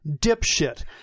dipshit